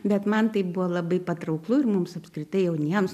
bet man tai buvo labai patrauklu ir mums apskritai jauniems